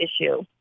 issue